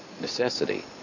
necessity